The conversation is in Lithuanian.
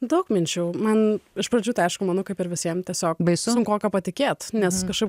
daug minčių man iš pradžių tai aišku manau kaip ir visiem tiesiog baisu sunkoka patikėt nes kažkaip